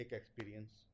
experience